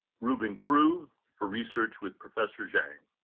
ruben crew, her research with professor zhang.